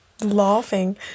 laughing